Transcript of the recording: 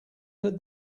heard